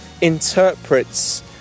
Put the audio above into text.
interprets